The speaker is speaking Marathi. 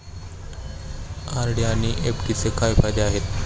आर.डी आणि एफ.डीचे काय फायदे आहेत?